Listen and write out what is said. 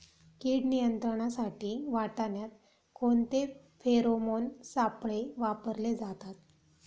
कीड नियंत्रणासाठी वाटाण्यात कोणते फेरोमोन सापळे वापरले जातात?